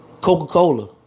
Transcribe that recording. Coca-Cola